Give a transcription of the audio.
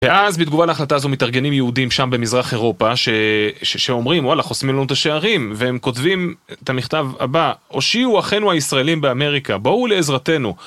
ואז בתגובה להחלטה הזו מתארגנים יהודים שם במזרח אירופה שאומרים וואלה חוסמים לנו את השערים והם כותבים את המכתב הבא: הושיעו אחינו הישראלים באמריקה, באו לעזרתנו